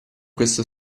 questo